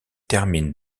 terminent